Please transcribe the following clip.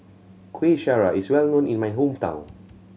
Kuih Syara is well known in my hometown